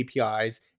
APIs